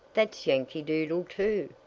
that's yankee doodle too!